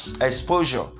exposure